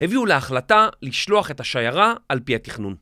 הביאו להחלטה לשלוח את השיירה על פי התכנון.